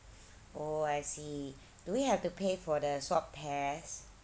oh I see do we have to pay for the swab test